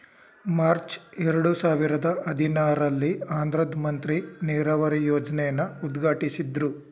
March ಎರಡು ಸಾವಿರದ ಹದಿನಾರಲ್ಲಿ ಆಂಧ್ರದ್ ಮಂತ್ರಿ ನೀರಾವರಿ ಯೋಜ್ನೆನ ಉದ್ಘಾಟ್ಟಿಸಿದ್ರು